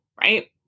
Right